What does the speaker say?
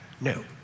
No